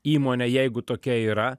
įmonę jeigu tokia yra